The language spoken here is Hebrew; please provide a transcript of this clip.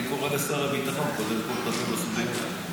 אני קודם כול קורא לשר הביטחון לטפל בסוגיה הזאת.